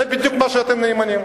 זה בדיוק מה שאתם נאמנים.